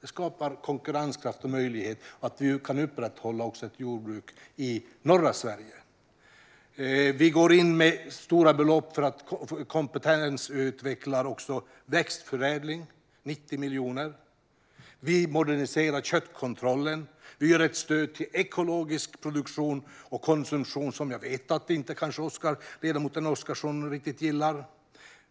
Det skapar konkurrenskraft och möjlighet att upprätthålla ett jordbruk också i norra Sverige. Vi går in med stora belopp för att kompetensutveckla växtförädlingen - 90 miljoner. Vi moderniserar köttkontrollen. Vi ger ett stöd till ekologisk produktion och konsumtion, som ledamoten Oscarsson kanske inte riktigt gillar.